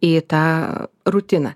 į tą rutiną